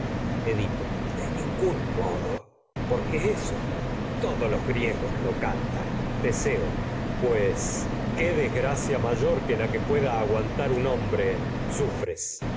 te refieres de edipo ningún modo porque eso todos los griegos lo cantan teseo pues qué desgracia ma ror que la que pueda aguantar un hombre sufres